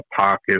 pocket